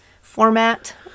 format